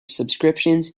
subscriptions